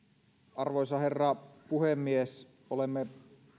arvoisa herra puhemies olemme